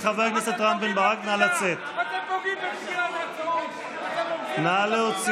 להיות פה, ולא אתם, שנותנים לו גב.